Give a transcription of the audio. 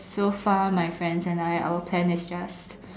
so far my friends and I our plan is just